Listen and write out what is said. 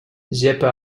gepa